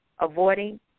avoiding